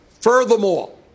Furthermore